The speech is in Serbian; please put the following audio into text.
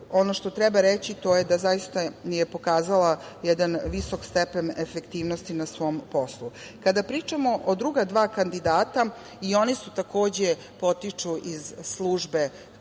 Ono što treba reći to je da zaista je pokazala jedan visok stepen efektivnosti na svom poslu. Kada pričamo o druga dva kandidata, i oni takođe potiču iz službe